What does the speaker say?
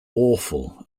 awful